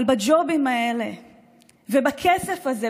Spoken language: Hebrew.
אבל הג'ובים האלה והכסף הזה,